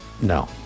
No